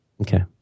Okay